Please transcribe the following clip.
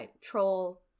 troll